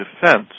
defense